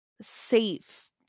safe